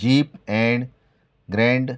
jeep and grand